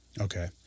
Okay